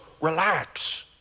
relax